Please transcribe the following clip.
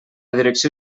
direcció